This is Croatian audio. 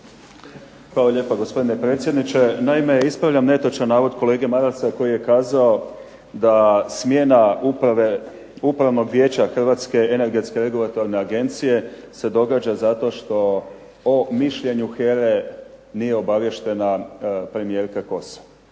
Hvala lijepa gospodine predsjedniče. Naime, ispravljam netočan navod kolege Marasa koji je kazao da smjena Upravnog vijeća HERA-e se događa zato što o mišljenju HERA-e nije obaviještena premijerka Kosor.